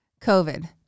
COVID